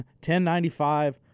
1095